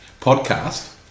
podcast